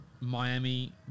Miami